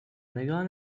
نگاه